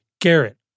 Garrett